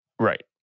Right